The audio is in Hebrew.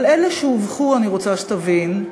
אבל אלה שהובכו, אני רוצה שתבין,